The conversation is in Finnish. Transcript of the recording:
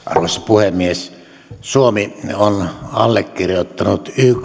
arvoisa puhemies suomi on allekirjoittanut